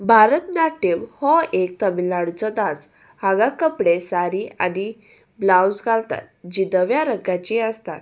भरतनाट्यम हो एक तमिळनाडूचो नाच हांगा कपडे सारी आनी ब्लावज घालतात जी धव्या रंगाची आसता